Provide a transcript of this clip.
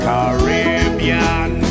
Caribbean